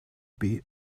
beat